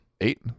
Eight